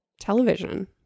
television